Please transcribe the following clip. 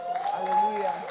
Hallelujah